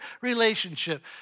relationship